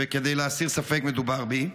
וכדי להסיר ספק, מדובר בי,